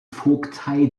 vogtei